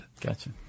Gotcha